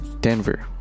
Denver